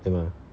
对 mah